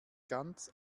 ganz